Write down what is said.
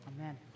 Amen